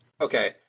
okay